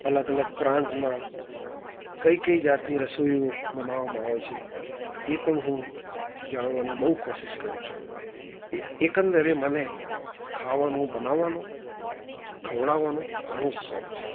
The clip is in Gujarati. અલગ અલગ પ્રાંતના કઈ કઈ જાતની રસોઈઓ બનાવવામાં આવે છે એ પણ હું જાણવાની બહુ કોશિશ કરું છું એકંદરે મને ખાવાનું બનાવાનો ખવડાવવાનો ઘણો જ શોખ છે